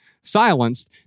silenced